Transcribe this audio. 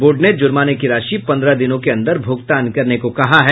board ने जुर्माना की राशि पन्द्रह दिनों के अंदर भुगतान करने को कहा है